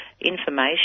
information